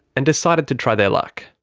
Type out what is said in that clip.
and decided to try their luck.